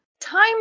Time